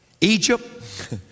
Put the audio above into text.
Egypt